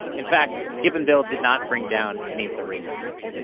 in fact, skip and bill did not bring down any of the ringleaders.